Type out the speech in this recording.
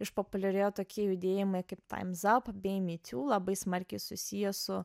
išpopuliarėjo tokie judėjimai kaip time is up bei me too labai smarkiai susiję su